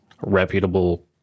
reputable